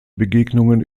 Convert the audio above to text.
begegnungen